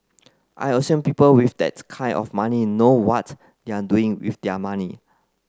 I assume people with that kind of money know what they're doing with their money